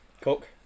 Cook